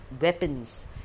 weapons